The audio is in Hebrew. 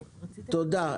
תודה.